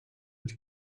явж